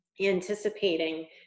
anticipating